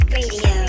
Radio